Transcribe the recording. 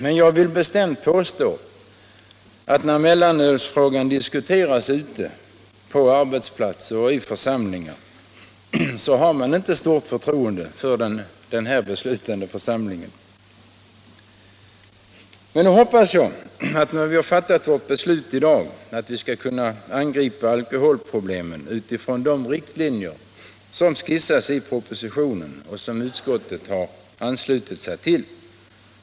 Jag vill emellertid bestämt påstå att när mellanölsfrågan diskuteras exempelvis ute på arbetsplatserna har man inte stort förtroende för den här beslutande församlingen. Men jag hoppas att vi, sedan vi fattat vårt beslut i dag, skall kunna angripa alkoholproblemen utifrån de riktlinjer som skisseras i propositionen och som utskottet har anslutit sig till.